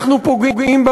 אנחנו פוגעים,